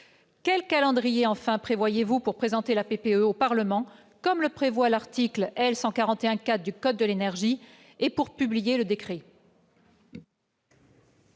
quel calendrier prévoyez-vous pour présenter la PPE au Parlement, comme le prévoit l'article L. 141-4 du code de l'énergie, et pour publier le décret ?